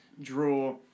draw